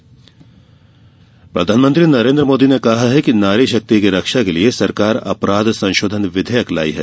मन की बात प्रधानमंत्री नरेन्द्र मोदी ने कहा है कि नारी शक्ति की रक्षा के लिये सरकार अपराध संशोधन विधेयक लायी है